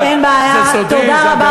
זה סודי?